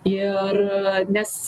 ir nes